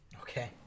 Okay